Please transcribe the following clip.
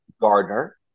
Gardner